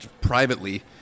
privately